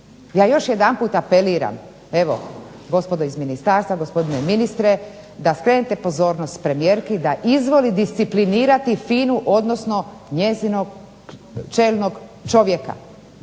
ja još jedanput apeliram gospodo iz ministarstva, gospodine ministre da skrenete pozornost premijerki da izvoli disciplinirati FINA-u odnosno njezinog čelnog čovjeka.